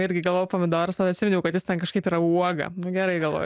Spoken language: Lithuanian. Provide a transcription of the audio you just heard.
irgi galvojau pomidoras tada atsiminiau kad jis ten kažkaip yra uoga nu gerai galvoju